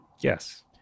Yes